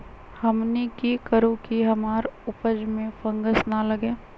हमनी की करू की हमार उपज में फंगस ना लगे?